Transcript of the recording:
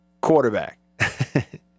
quarterback